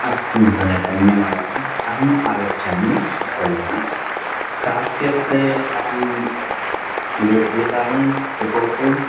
अस्तु महोदय धन्यवादाः अहम् आगच्छामि का क्षेत्रे अहं ले लिखामि रिपोर्ट्